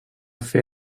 fer